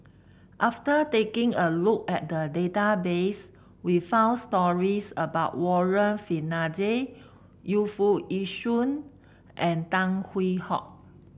after taking a look at the database we found stories about Warren Fernandez Yu Foo Yee Shoon and Tan Hwee Hock